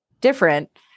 different